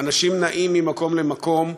אנשים נעים ממקום למקום,